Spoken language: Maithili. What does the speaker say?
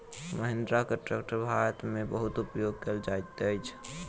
महिंद्रा के ट्रेक्टर भारत में बहुत उपयोग कयल जाइत अछि